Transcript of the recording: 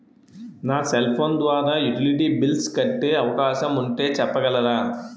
నా cell phone ద్వారా utility bills కట్టే అవకాశం ఉంటే చెప్పగలరా?